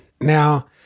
Now